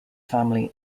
family